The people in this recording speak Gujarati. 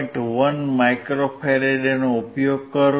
1 માઇક્રો ફેરેડેનો ઉપયોગ કરું છું